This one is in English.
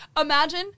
Imagine